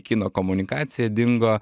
kino komunikacija dingo